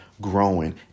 growing